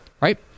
Right